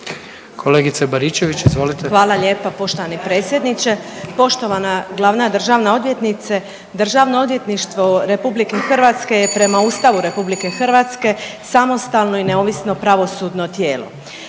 izvolite. **Baričević, Danica (HDZ)** Hvala lijepa poštovani predsjedniče. Poštovana glavna državna odvjetnice, Državno odvjetništvo RH je prema Ustavu RH samostalno i neovisno pravosudno tijelo.